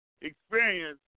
Experience